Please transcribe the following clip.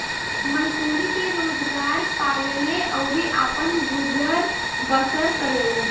मजदूरी के रोजगार पावेले अउरी आपन गुजर बसर करेले